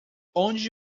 onde